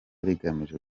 rigamije